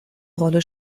rolle